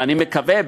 ואני מקווה,